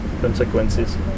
consequences